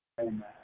amen